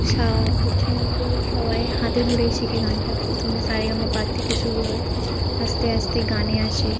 সা প্রথম তো সবাই হাতে ধরেই শেখে গানটা প্রথমে সা রে গা মা পা র থেকে শুরু হয় আস্তে আস্তে গানে আসে